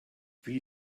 wie